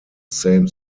same